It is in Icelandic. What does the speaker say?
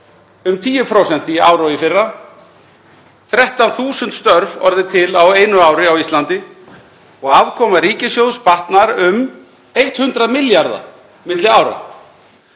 um 10% í ár og í fyrra. 13.000 störf hafa orðið til á einu ári á Íslandi og afkoma ríkissjóðs batnar um 100 milljarða milli ára.